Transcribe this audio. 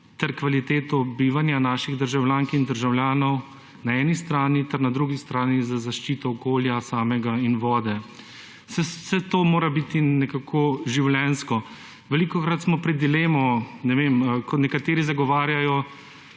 ter kvaliteto bivanja naših državljank in državljanov na eni strani ter na drugi stran za zaščito okolja samega in vode. Vse to mora biti nekako življenjsko. Velikokrat smo pred dilemo, ne vem, ko nekateri zagovarjajo